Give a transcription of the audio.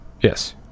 Yes